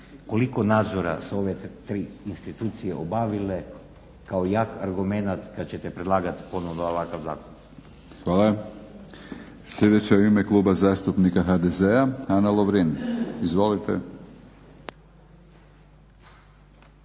koliko nadzora su ove3 institucije obavile kao jak argumenat kad ćete predlagat ponovno ovakav zakon. **Batinić, Milorad (HNS)** Hvala. Sljedeća u ime kluba zastupnika HDZ-a Ana Lovrin. Izvolite.